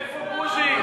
איפה בוז'י?